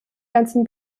ganzen